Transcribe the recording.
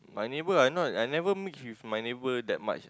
my neighbour I know I never mix with my neighbour that much